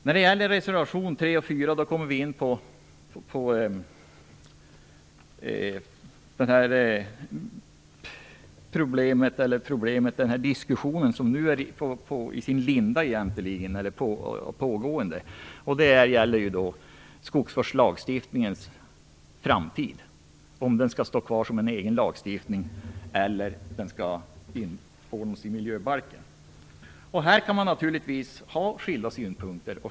När det gäller reservationerna 3 och 4 kommer vi in på den pågående diskussionen om skogsvårdslagstiftningens framtid, om den skall utgöra en egen lagstiftning eller om den skall införlivas i miljöbalken. Här kan man naturligtvis ha skilda synpunkter.